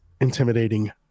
intimidating